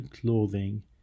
clothing